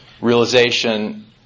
realization